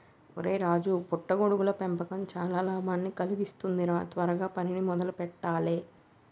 ఒరై రాజు పుట్ట గొడుగుల పెంపకం చానా లాభాన్ని కలిగిస్తుంది రా త్వరగా పనిని మొదలు పెట్టాలే